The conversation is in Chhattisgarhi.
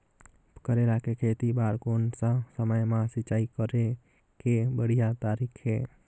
करेला के खेती बार कोन सा समय मां सिंचाई करे के बढ़िया तारीक हे?